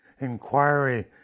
inquiry